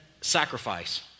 sacrifice